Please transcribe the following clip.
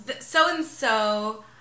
so-and-so